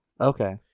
Okay